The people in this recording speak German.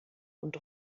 und